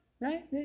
Right